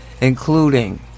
including